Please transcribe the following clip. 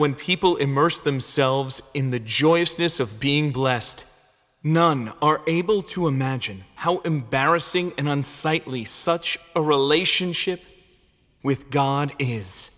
when people immerse themselves in the joyousness of being blessed none are able to imagine how embarrassing and unsightly such a relationship with god